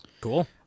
Cool